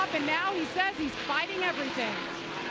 but now, he says he is fighting everything.